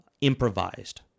improvised